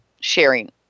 sharing